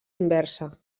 inversa